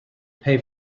pay